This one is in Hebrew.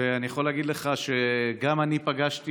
ואני יכול להגיד לך שגם אני פגשתי